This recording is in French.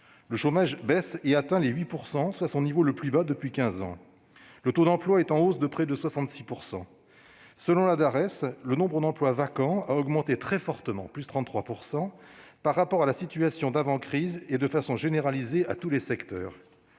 Le chômage baisse et atteint les 8 %, soit son niveau le plus bas depuis quinze ans. Le taux d'emploi est en hausse, à près de 66 %. Selon la Dares, le nombre d'emplois vacants a augmenté très fortement, de +33 %, par rapport à la situation d'avant crise et de façon généralisée dans tous les secteurs.